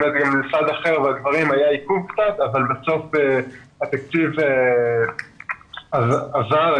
אבל בסוף התקציב עבר.